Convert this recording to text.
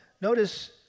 Notice